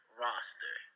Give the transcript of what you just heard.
roster